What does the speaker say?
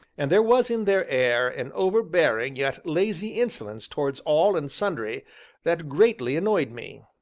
and there was in their air an overbearing yet lazy insolence towards all and sundry that greatly annoyed me.